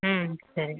ம் சரி